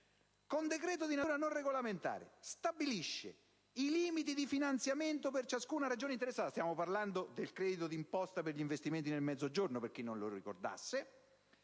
l'errore di farlo regolamentare) «i limiti di finanziamento per ciascuna regione interessata,» (stiamo parlando del credito d'imposta per gli investimenti nel Mezzogiorno, per chi non lo ricordasse),